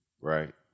right